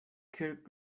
could